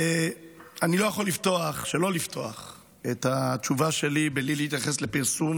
אני לא יכול שלא לפתוח את התשובה שלי בלי להתייחס לפרסום,